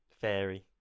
Fairy